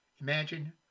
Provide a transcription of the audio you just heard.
Imagine